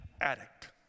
addict